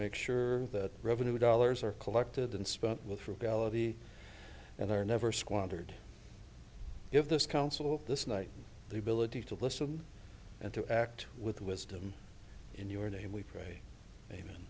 make sure that revenue dollars are collected and spent with frugality that are never squandered if this council this night the ability to listen and to act with wisdom in your name we pray